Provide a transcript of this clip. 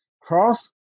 Cross